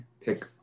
pick